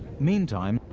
meantime,